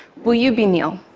will you be neal?